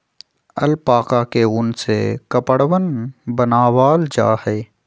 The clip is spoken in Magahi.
अलपाका के उन से कपड़वन बनावाल जा हई